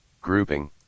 grouping